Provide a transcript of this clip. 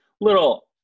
little